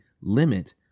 limit